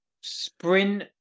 sprint